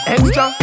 Extra